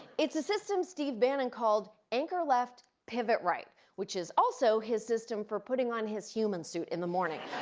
it's a system steve bannon called anchor left, pivot right, which is also his system for putting on his human suit in the morning.